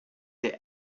der